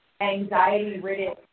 anxiety-ridden